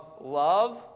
love